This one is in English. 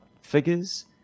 figures